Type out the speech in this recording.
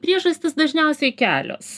priežastys dažniausiai kelios